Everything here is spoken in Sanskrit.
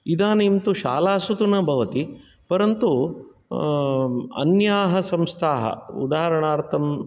इदानींतु शालासु तु न भवति परन्तु अन्याः संस्थाः उदाहरणार्थं